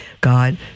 God